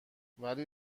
ولی